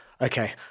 okay